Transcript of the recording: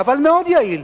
אבל מאוד יעיל.